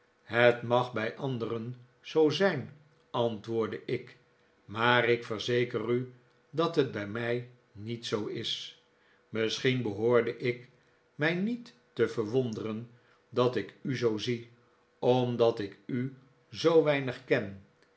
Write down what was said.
het mag bij anderen zoo zijn antwoordde ik maar ik verzeker u dat het bij mij niet zoo is misschien behoorde ik mij niet te verwonderen dat ik u zoo zie omdat ik u zoo weinig ken